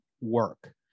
work